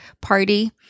Party